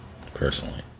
personally